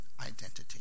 identity